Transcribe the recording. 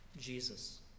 Jesus